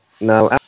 now